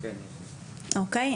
אוקי,